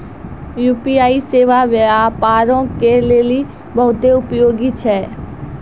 UPI सेबा व्यापारो के लेली बहुते उपयोगी छै